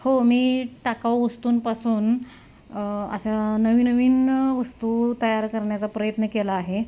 हो मी टाकाऊ वस्तूंपासून असा नवनवीन वस्तू तयार करण्याचा प्रयत्न केला आहे